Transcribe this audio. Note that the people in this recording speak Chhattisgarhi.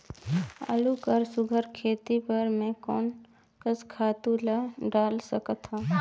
आलू कर सुघ्घर खेती बर मैं कोन कस खातु ला डाल सकत हाव?